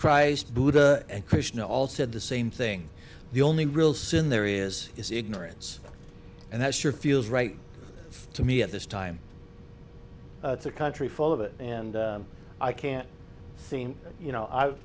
christ buddha and krishna all said the same thing the only real sin there is is ignorance and that sure feels right to me at this time it's a country full of it and i can't seem you know